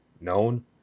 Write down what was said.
known